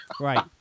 Right